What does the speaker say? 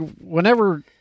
whenever